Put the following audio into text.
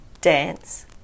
dance